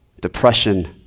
depression